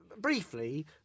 briefly